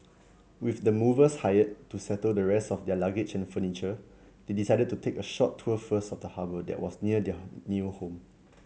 with the movers hired to settle the rest of their luggage and furniture they decided to take a short tour first of the harbour that was near their new home